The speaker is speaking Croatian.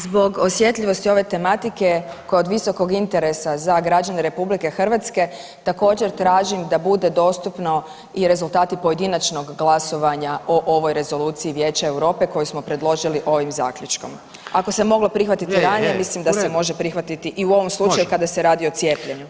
Zbog osjetljivosti ove tematike koja je od visokog interesa za građane RH također tražim da bude dostupno i rezultati pojedinačnog glasovanja o ovoj rezoluciji Vijeća Europe koju smo predložili ovim zaključkom, ako se moglo prihvatiti ranije mislim da se može prihvatiti i u ovom slučaju kada se radi o cijepljenu.